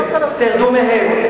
תרדו מהם.